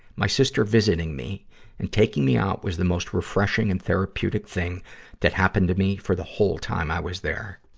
my sister visiting me and taking me pout ah was the most refreshing and therapeutic thing that happened to me for the whole time i was there.